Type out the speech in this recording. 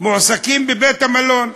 מועסקים בבית-המלון.